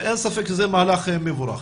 ואין ספק שזה מהלך מבורך.